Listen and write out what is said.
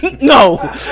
no